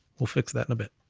we'll fix that in a bit.